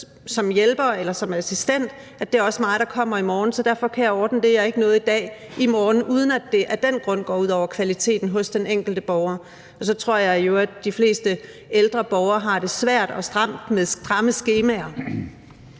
som hjælper eller som assistent, at man også kommer i morgen og derfor kan ordne det, man ikke nåede i dag, i morgen, uden at det af den grund går ud over kvaliteten hos den enkelte borger. Og så tror jeg i øvrigt, at de fleste ældre borgere har det svært og stramt med stramme skemaer.